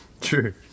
True